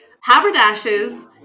Haberdasher's